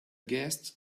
guests